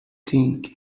think